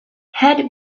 head